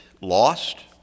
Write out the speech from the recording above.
lost